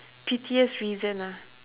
pettiest reason ah